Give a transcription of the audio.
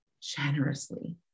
generously